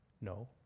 No